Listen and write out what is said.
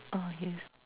uh yes